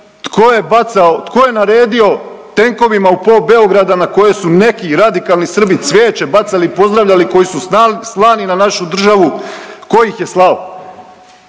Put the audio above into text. tko je naredio tenkovima u pol Beograda na koje su neki radikalni Srbi cvijeće bacali, pozdravljali, koji su slani na našu državu tko ih je slao.